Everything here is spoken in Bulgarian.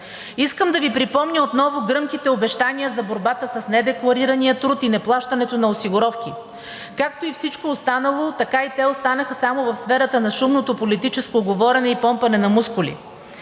Искам да Ви припомня отново гръмките обещания за борбата с недекларирания труд и неплащането на осигуровки. Както и всичко останало, така и те останаха само в сферата на шумното политическо говорене и помпане на мускули.